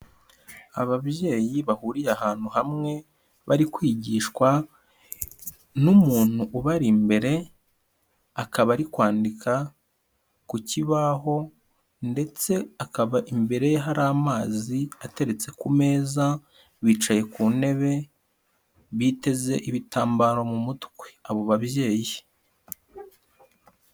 Ababyeyi bahuriye ahantu hamwe, bari kwigishwa n'umuntu ubari imbere, akaba ari kwandika ku kibaho, ndetse akaba imbere ye hari amazi ateretse ku meza, bicaye ku ntebe biteze ibitambaro mu mutwe, abo babyeyi.